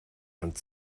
hand